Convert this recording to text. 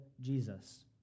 Jesus